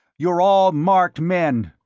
you're all marked men.